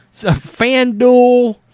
FanDuel